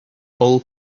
all